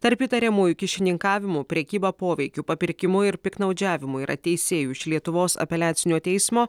tarp įtariamųjų kyšininkavimu prekyba poveikiu papirkimu ir piktnaudžiavimu yra teisėjų iš lietuvos apeliacinio teismo